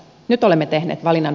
nyt olemme tehneet valinnan